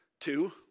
Two